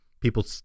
people